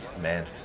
man